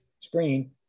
screen